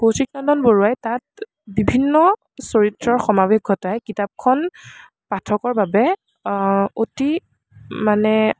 কৌশিক নন্দন বৰুৱাই তাত বিভিন্ন চৰিত্ৰৰ সমাবেশ ঘটাই কিতাপখন পাঠকৰ বাবে অতি মানে